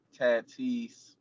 Tatis